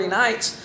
nights